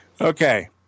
Okay